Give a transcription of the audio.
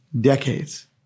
decades